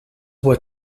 were